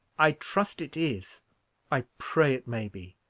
i trust it is i pray it may be.